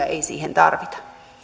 ei siihen tarvita